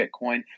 Bitcoin